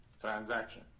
transaction